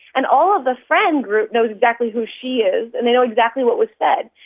and all of the friend group knows exactly who she is and they know exactly what was said,